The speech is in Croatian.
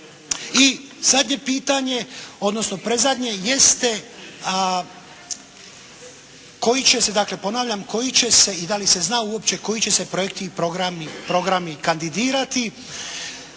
I zadnje pitanje odnosno predzadnje jeste koji će se, dakle ponavljam koji će se i da li se zna uopće koji će se projekti i programi kandidirati